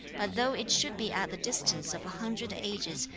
but though it should be at the distance of a hundred ages,